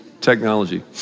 technology